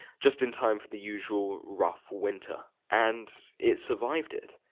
just in time for the usual rough winter. and. it survived it,